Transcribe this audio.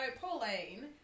Pauline